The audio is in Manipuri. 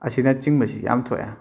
ꯑꯁꯤꯅ ꯆꯤꯡꯕꯁꯤ ꯌꯥꯝꯅ ꯊꯣꯛꯑꯦ